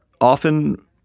often